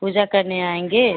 पूजा करने आएँगे